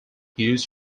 used